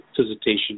visitation